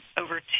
over